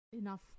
enough